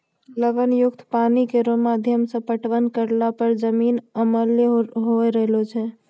लवण युक्त पानी केरो माध्यम सें पटवन करला पर जमीन अम्लीय होय रहलो छै